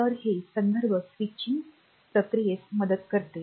तर हे संदर्भ स्विचिंग प्रक्रियेस मदत करते